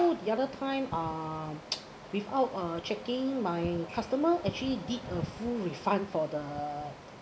so the other time um without uh checking my customer actually did a full refund for the